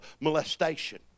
molestation